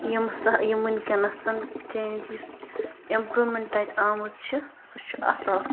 یِمہٕ سا یِم وٕنۍکٮ۪نَس چینٛج یُس اِمپرٛوٗمٮ۪نٛٹ اَتہِ آمٕژ چھِ سُہ چھُ اَصٕل